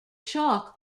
chalk